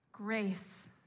grace